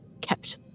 Kept